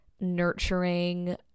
nurturing